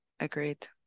Agreed